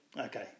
Okay